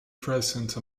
present